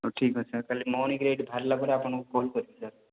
ହଉ ଠିକ୍ ଅଛି ସାର୍ କାଲି ମର୍ଣ୍ଣିଙ୍ଗରେ ବାହାରିଲା ପରେ ଆପଣଙ୍କ କଲ୍ କରିବି ସାର୍